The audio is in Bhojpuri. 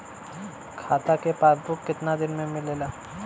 खाता के पासबुक कितना दिन में मिलेला?